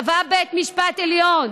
קבע בית משפט עליון,